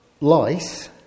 lice